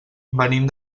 venim